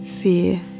fear